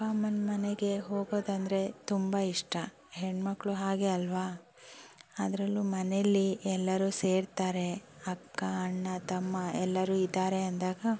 ಅಪ್ಪ ಅಮ್ಮನ ಮನೆಗೆ ಹೋಗೋದಂದರೆ ತುಂಬ ಇಷ್ಟ ಹೆಣ್ಣುಮಕ್ಳು ಹಾಗೆ ಅಲ್ಲವಾ ಅದ್ರಲ್ಲೂ ಮನೆಯಲ್ಲಿ ಎಲ್ಲರೂ ಸೇರ್ತಾರೆ ಅಕ್ಕ ಅಣ್ಣ ತಮ್ಮ ಎಲ್ಲರೂ ಇದ್ದಾರೆ ಅಂದಾಗ